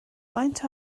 faint